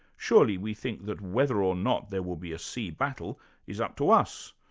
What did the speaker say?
surely we think that whether or not there will be a sea battle is up to us,